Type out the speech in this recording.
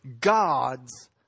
God's